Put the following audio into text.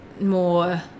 more